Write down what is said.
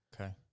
Okay